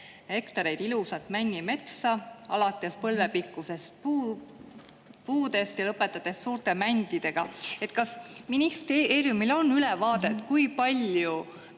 hektareid ilusat männimetsa, alates põlvepikkustest puudest ja lõpetades suurte mändidega. Kas ministeeriumil on ülevaade, kui palju